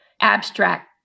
abstract